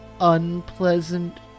Unpleasant